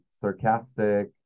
sarcastic